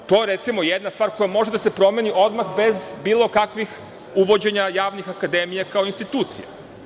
To je, recimo, jedna stvar koja može da se promeni odmah, bez bilo kakvih uvođenja javnih akademija kao institucija.